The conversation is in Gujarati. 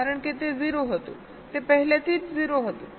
કારણ કે તે 0 હતું તે પહેલાથી જ 0 હતું